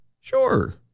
Sure